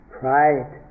pride